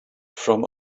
from